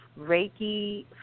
Reiki